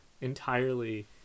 entirely